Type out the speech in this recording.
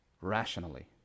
rationally